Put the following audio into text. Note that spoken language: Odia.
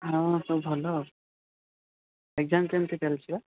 ହଁ ସବୁ ଭଲ ଏକ୍ଜାମ୍ କେମିତି ଚାଲିଛି ବା